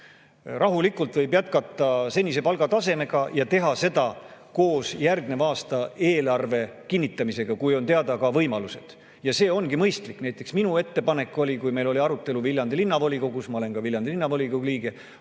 Rahulikult võib jätkata senise palgatasemega ja teha seda koos järgneva aasta eelarve kinnitamisega, kui on teada ka võimalused. See ongi mõistlik. Näiteks minu ettepanek just selline oligi, kui meil oli arutelu Viljandi Linnavolikogus. Ma olen Viljandi Linnavolikogu liige.